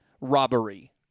robbery